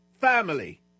family